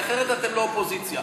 כי אחרת אתם לא אופוזיציה.